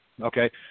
okay